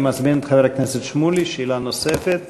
אני מזמין את חבר הכנסת שמולי, שאלה נוספת.